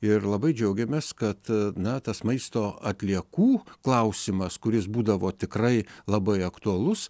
ir labai džiaugiamės kad na tas maisto atliekų klausimas kuris būdavo tikrai labai aktualus